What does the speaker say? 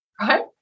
right